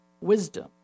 wisdom